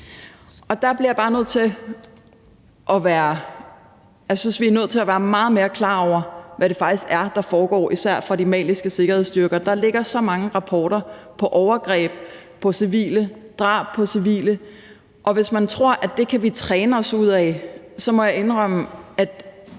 bliver nødt til at være meget mere klar over, hvad det faktisk er, der foregår, især fra de maliske sikkerhedsstyrkers side. Der ligger så mange rapporter om overgreb på civile, drab på civile, og hvis man tror, at det kan vi træne os ud af, må jeg indrømme,